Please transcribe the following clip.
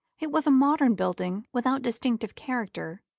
it was a modern building, without distinctive character,